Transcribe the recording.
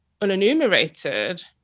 unenumerated